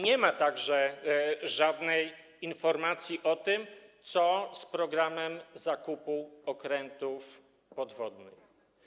Nie ma także żadnej informacji o tym, co z programem zakupu okrętów podwodnych.